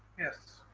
yes.